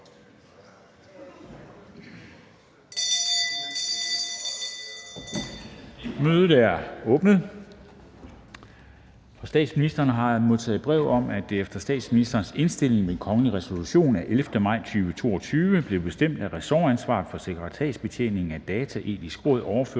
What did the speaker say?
Mødet er åbnet.